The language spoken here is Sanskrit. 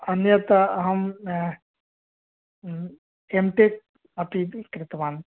अन्यत् अहम् एम् टेक् अपि कृतवान्